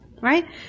right